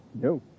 No